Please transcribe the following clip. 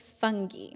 fungi